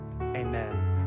amen